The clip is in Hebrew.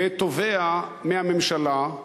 ותובע מהממשלה,